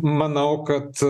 manau kad